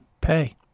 pay